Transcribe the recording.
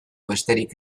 besterik